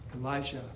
Elijah